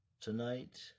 tonight